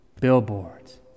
billboards